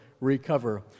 recover